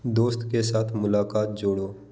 दोस्त के साथ मुलाकात जोड़ो